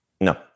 No